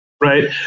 Right